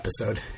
episode